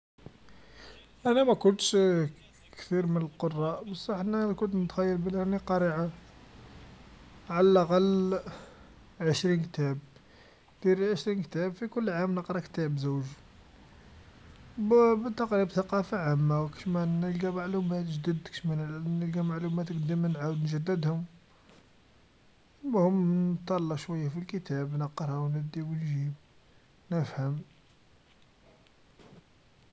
انا مكونتش كثير من القراء بصح انا كنت نتخيل راني قاري ع عالأقل عشرين كتاب، دير غي عشرين كتاب في كل عام نقرا زوج، ب- بتقريب ثقاقه عامه و كاش نلقى معلومات جدد، كاش منلقى معلومات قدم نعاود نجددهم، مهم تهلى شويا في الكتاب نقرا و ندي و نجيب نفهم.